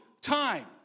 time